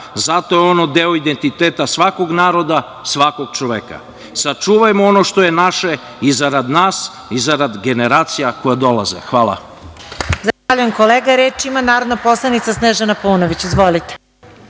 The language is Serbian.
Zato je ono deo identiteta svakog naroda, svakog čoveka. Sačuvajmo ono što je naše i zarad nas i zarad generacija koje dolaze. Hvala. **Marija Jevđić** Zahvaljujem kolega. Reč ima narodna poslanika Snežana Paunović. Izvolite.